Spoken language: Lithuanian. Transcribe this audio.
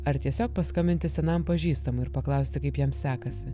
ar tiesiog paskambinti senam pažįstamui ir paklausti kaip jam sekasi